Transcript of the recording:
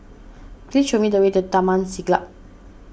please show me the way to Taman Siglap